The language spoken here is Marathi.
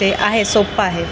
ते आहे सोप्पं आहे